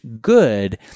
good